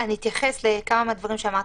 אני אתייחס לכמה מהדברים שאמרת.